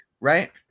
right